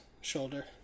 shoulder